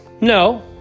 No